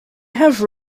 have